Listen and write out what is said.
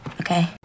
okay